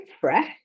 fresh